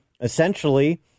essentially